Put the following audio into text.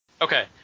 Okay